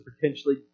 potentially